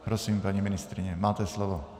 Prosím, paní ministryně, máte slovo.